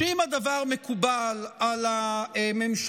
אם הדבר מקובל על הממשלה,